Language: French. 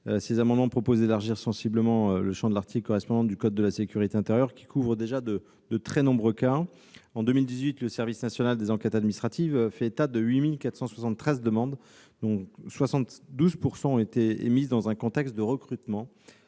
Ces amendements prévoient d'élargir sensiblement le champ de l'article visé du code de la sécurité intérieure, qui couvre déjà de très nombreux cas. En 2018, le service national des enquêtes administratives de sécurité avait fait état de 8 473 demandes, dont 72 % ont été émises dans un contexte de recrutement